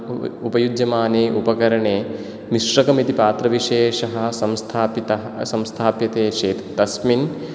उ उपयुज्यमाने उपकरणे मिश्रकम् इति पात्रविशेषः संस्थापितः संस्थाप्यते चेत् तस्मिन्